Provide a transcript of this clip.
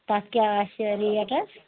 تَتھ کیٛاہ آسہِ ریٹ حظ